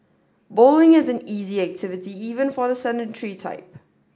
bowling is an easy activity even for the sedentary type